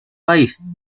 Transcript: país